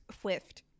Swift